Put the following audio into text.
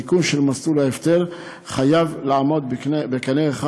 תיקון של מסלול ההפטר חייב לעמוד בקנה אחד